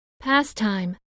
pastime